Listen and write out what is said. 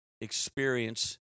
experience